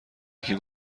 یکی